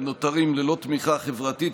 הם נותרים ללא תמיכה חברתית,